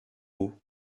haut